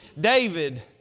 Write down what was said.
David